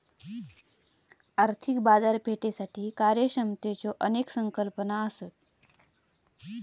आर्थिक बाजारपेठेसाठी कार्यक्षमतेच्यो अनेक संकल्पना असत